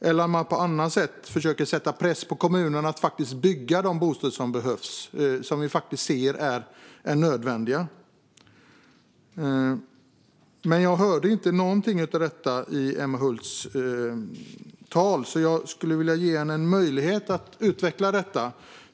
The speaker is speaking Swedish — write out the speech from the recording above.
eller om att på annat sätt försöka sätta press på kommunerna att bygga de bostäder som behövs och är nödvändiga. Men jag hörde inte någonting av detta i Emma Hults anförande, så jag skulle vilja ge henne möjlighet att utveckla detta.